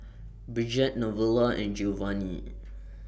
Bridgette Novella and Geovanni